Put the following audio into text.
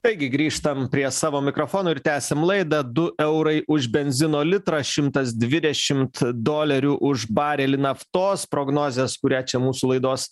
taigi grįžtam prie savo mikrofono ir tęsiam laidą du eurai už benzino litrą šimtas dvidešimt dolerių už barelį naftos prognozės kurią čia mūsų laidos